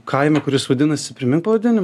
kaime kuris vadinasi primink pavadinimą